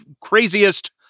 craziest